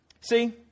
See